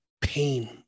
pain